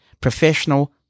Professional